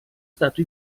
stato